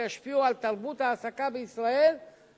שישפיעו על תרבות ההעסקה בישראל,